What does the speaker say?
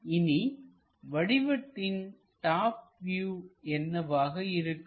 இனி வடிவத்தின் top view என்னவாக இருக்கும்